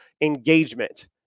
engagement